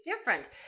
different